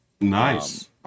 nice